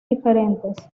diferentes